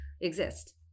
exist